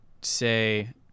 say